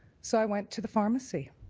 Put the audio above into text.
so i went to the pharmacy.